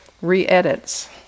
re-edits